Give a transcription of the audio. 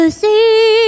see